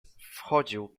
wchodził